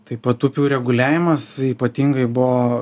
taip pat upių reguliavimas ypatingai buvo